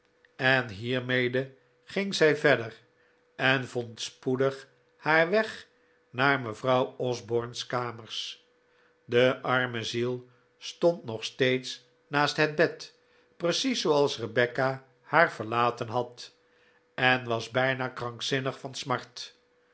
en hiermede ging zij verder en vond spoedig haar weg naar mevrouw osborne's kamers de arme ziel stond nog steeds naast het bed precies zooals rebecca haar verlaten had en was bijna krankzinnig van smart